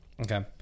Okay